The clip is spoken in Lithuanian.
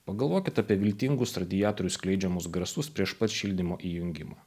pagalvokit apie viltingus radiatorių skleidžiamus garsus prieš pat šildymo įjungimą